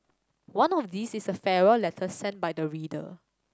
one of these is a farewell letter sent by the reader